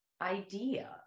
idea